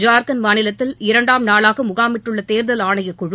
ஜார்கண்ட் மாநிலத்தில் இரண்டாம்நாளாக முகாமிட்டுள்ள தேர்தல் ஆணையக்குழு